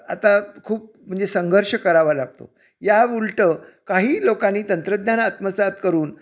आता खूप म्हणजे संघर्ष करावा लागतो या उलटं काही लोकांनी तंत्रज्ञान आत्मसात करून